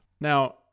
Now